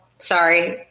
Sorry